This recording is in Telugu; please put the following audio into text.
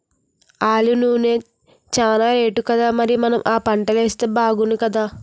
ఆలివ్ నూనె చానా రేటుకదా మరి మనం ఆ పంటలేస్తే బాగుణ్ణుకదా